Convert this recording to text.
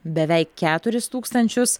beveik keturis tūkstančius